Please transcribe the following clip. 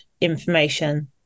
information